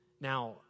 Now